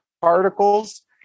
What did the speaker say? particles